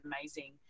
amazing